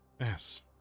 Yes